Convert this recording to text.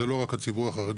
זה לא רק הציבור החרדי,